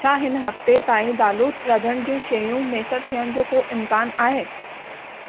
छा हिन हफ़्ते ताईं दालूं रधण जूं शयूं मुयसरु थियण जो को इम्कानु आहे